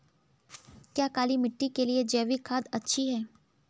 क्या काली मिट्टी के लिए जैविक खाद अच्छी है?